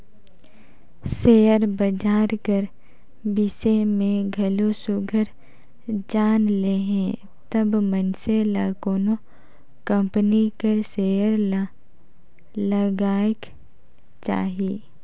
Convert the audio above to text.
share बजार कर बिसे में घलो सुग्घर जाएन लेहे तब मइनसे ल कोनो कंपनी कर सेयर ल लगाएक चाही